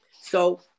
So-